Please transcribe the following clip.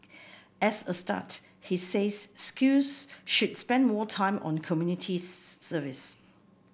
as a start he says schools should spend more time on community service